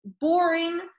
boring